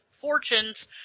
fortunes